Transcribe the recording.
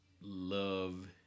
love